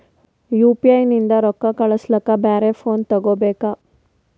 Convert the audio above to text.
UPI ನಿಂದ ರೊಕ್ಕ ಕಳಸ್ಲಕ ಬ್ಯಾರೆ ಫೋನ ತೋಗೊಬೇಕ?